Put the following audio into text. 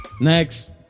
Next